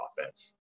offense